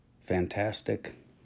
fantastic